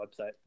website